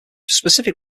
specific